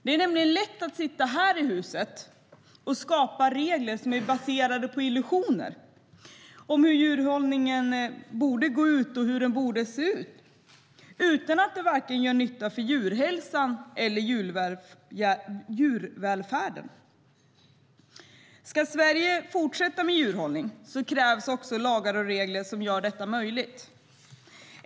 Det är lätt att sitta här i huset och skapa regler baserade på illusioner om hur djurhållningen borde se ut utan att det gör nytta för vare sig djurhälsan eller djurvälfärden. Ska Sverige fortsätta med djurhållning krävs lagar och regler som gör detta möjligt.